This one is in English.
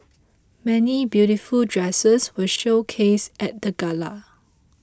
many beautiful dresses were showcased at the gala